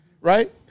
right